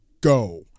go